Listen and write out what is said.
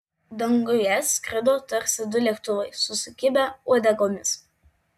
danguje skrido tarsi du lėktuvai susikibę uodegomis